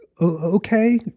Okay